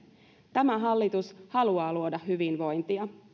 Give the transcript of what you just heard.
tämä hallitus haluaa luoda hyvinvointia